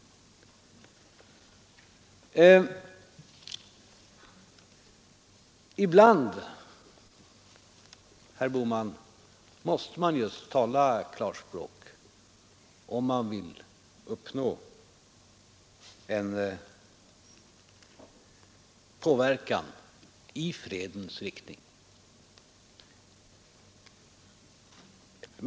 Ibland, herr Bohman, måste man just tala klarspråk om man vill uppnå en påverkan i fredens riktning.